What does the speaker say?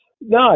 no